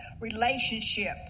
relationship